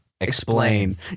explain